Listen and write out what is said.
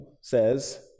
says